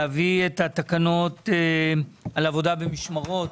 להביא את התקנות על עבודה במשמרות.